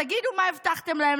תגידו מה הבטחתם להם,